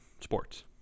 sports